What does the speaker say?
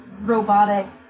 robotic